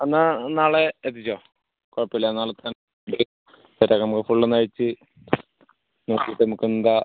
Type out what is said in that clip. എന്നാല് നാളെ എത്തിച്ചോ കുഴപ്പമില്ല നാളെത്തന്നെ സെറ്റാക്കാം നമുക്ക് ഫുള്ളൊന്നഴിച്ച് നോക്കിയിട്ട് നമുക്കെന്താണ്